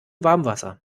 warmwasser